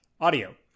audio